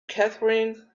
catherine